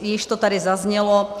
Již to tady zaznělo.